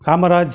Kamaraj